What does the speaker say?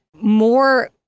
more